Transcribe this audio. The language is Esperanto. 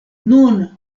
nun